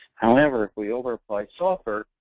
however, if we over apply sulfur,